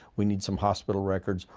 we need some hospital records,